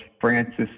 Francis